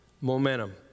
Momentum